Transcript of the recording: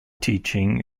teaching